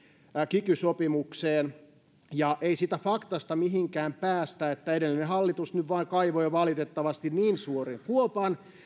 kiky sopimukseen ei siitä faktasta mihinkään päästä että edellinen hallitus nyt vain kaivoi valitettavasti niin suuren kuopan